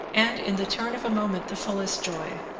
and in the turn of a moment the fullest joy.